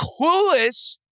clueless